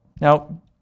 Now